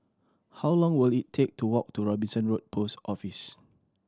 how long will it take to walk to Robinson Road Post Office